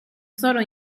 sono